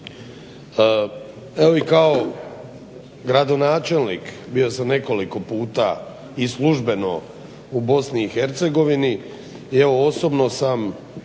Evo i kao gradonačelnik, bio sam nekoliko puta i službeno u Bosni i